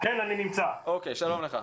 שלום לך.